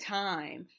time